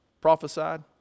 prophesied